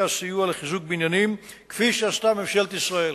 סיוע לחיזוק בניינים כפי שעשתה ממשלת ישראל.